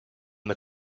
the